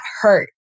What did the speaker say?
hurt